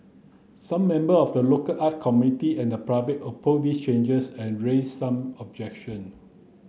some member of the local art community and the public opposed these changes and raised some objection